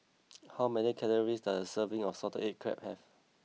how many calories does a serving of Salted Egg Crab have